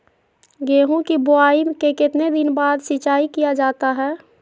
गेंहू की बोआई के कितने दिन बाद सिंचाई किया जाता है?